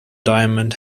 diamond